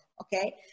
Okay